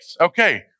Okay